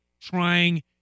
trying